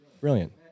Brilliant